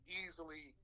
easily